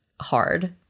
hard